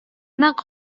нык